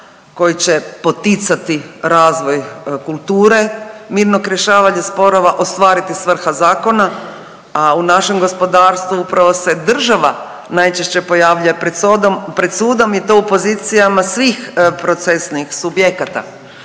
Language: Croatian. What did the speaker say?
koji će poticati razvoj kulture mirnog rješavanja sporova ostvariti svrha zakona, a u našem gospodarstvu upravo se država najčešće pojavljuje pred sudom i to u pozicijama svih procesnih subjekata.